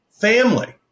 family